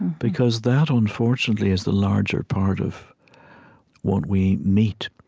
because that, unfortunately, is the larger part of what we meet.